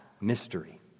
mystery